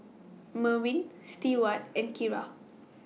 Merwin Stewart and Kira